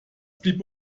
blieb